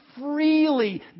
freely